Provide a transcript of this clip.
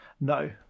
No